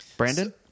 Brandon